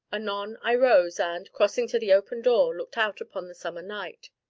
anon i rose and, crossing to the open door, looked out upon the summer night,